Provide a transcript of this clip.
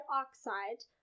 oxide